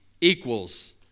equals